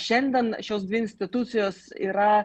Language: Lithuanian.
šiandien šios dvi institucijos yra